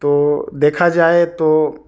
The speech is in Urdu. تو دیکھا جائے تو